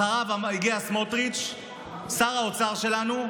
אחריו הגיע סמוטריץ', שר האוצר שלנו,